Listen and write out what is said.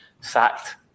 sacked